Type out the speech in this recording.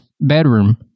bedroom